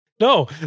no